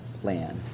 Plan